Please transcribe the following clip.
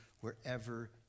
wherever